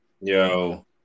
yo